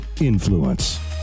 Influence